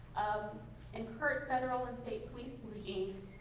and current federal and state police regimes